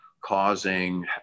causing